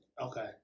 Okay